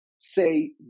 say